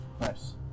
Nice